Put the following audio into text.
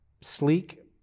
sleek